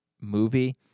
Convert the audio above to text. movie